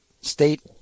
state